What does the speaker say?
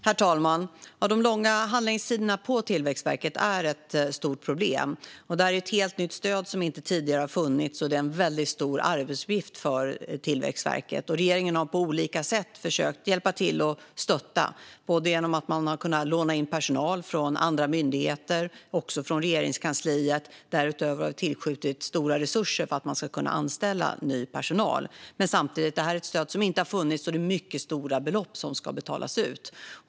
Herr talman! De långa handläggningstiderna på Tillväxtverket är ett stort problem. Det här är ett helt nytt stöd som inte tidigare har funnits, och det är en väldigt stor arbetsuppgift för Tillväxtverket. Regeringen har på olika sätt försökt hjälpa och stötta. Tillväxtverket har dels kunnat låna in personal från andra myndigheter, också från Regeringskansliet. Därutöver har vi tillskjutit stora resurser för att man ska kunna anställa ny personal. Det är som sagt ett stöd som inte har funnits förut, och det är mycket stora belopp som ska betalas ut.